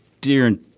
dear